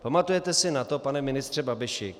Pamatujete si na to, pane ministře Babiši?